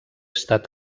estat